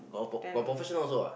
ten